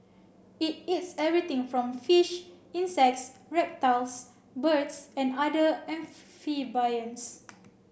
it eats everything from fish insects reptiles birds and other amphibians